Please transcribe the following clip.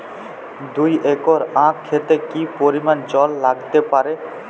দুই একর আক ক্ষেতে কি পরিমান জল লাগতে পারে?